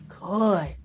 good